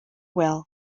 well